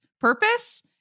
purpose